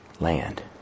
land